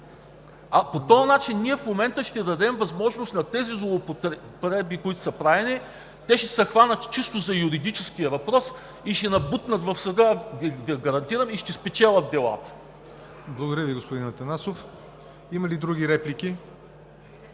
По този начин в момента ще дадем възможност на тези злоупотреби, които са правени, те ще се хванат чисто за юридическия въпрос и ще ни бутнат в съда – гарантирам, и ще спечелят делата. ПРЕДСЕДАТЕЛ ЯВОР НОТЕВ: Благодаря Ви, господин Атанасов. Има ли други реплики?